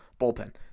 bullpen